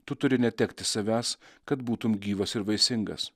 tu turi netekti savęs kad būtum gyvas ir vaisingas